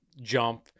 jump